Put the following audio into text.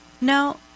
Now